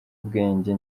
ubwenge